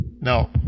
Now